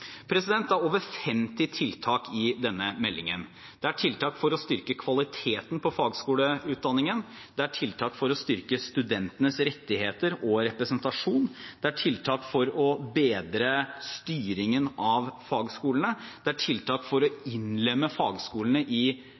Det er over 50 tiltak i denne meldingen. Det er tiltak for å styrke kvaliteten på fagskoleutdanningen. Det er tiltak for å styrke studentenes rettigheter og representasjon. Det er tiltak for å bedre styringen av fagskolene. Det er tiltak for å innlemme fagskolene i